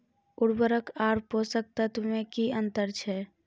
उर्वरक आर पोसक तत्व मे की अन्तर छै?